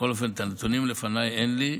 בכל אופן, את הנתונים לפניי, אין לי.